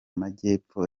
majyepfo